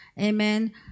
Amen